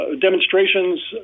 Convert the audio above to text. Demonstrations